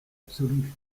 absolue